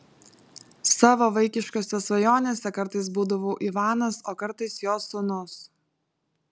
savo vaikiškose svajonėse kartais būdavau ivanas o kartais jo sūnus